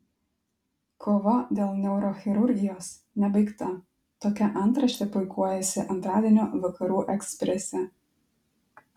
kova dėl neurochirurgijos nebaigta tokia antraštė puikuojasi antradienio vakarų eksprese